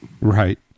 right